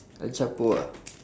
el chapo ah